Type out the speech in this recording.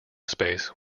space